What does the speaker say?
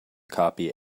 copy